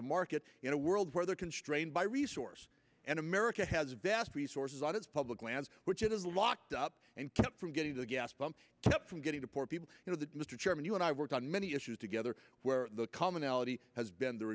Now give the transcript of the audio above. the market in a world where they're constrained by resource and america has vast resources on its public lands which it is locked up and kept from getting the gas pump kept from getting to poor people you know that mr chairman you and i worked on many issues together where the commonality has been the